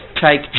take